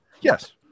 Yes